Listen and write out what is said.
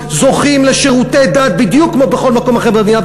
זוכים לשירותי דת בדיוק כמו בכל מקום אחר במדינה,